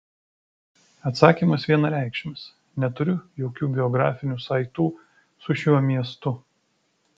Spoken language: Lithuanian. atsakymas vienareikšmis neturiu jokių biografinių saitų su šiuo miestu